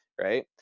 right